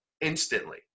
instantly